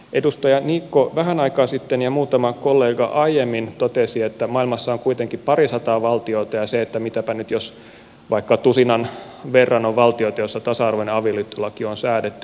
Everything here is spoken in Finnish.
edustaja niikko vähän aikaa sitten ja muutama kollega aiemmin totesi että maailmassa on kuitenkin pari sataa valtiota ja mitäpä nyt jos vaikka tusinan verran on valtioita joissa tasa arvoinen avioliittolaki on säädetty